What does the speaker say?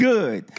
Good